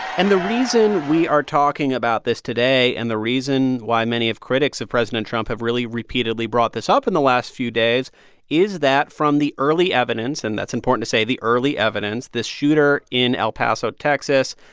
and the reason we are talking about this today and the reason why many of critics of president trump have really repeatedly brought this up in the last few days is that, from the early evidence and that's important to say the early evidence, this shooter in el paso, texas,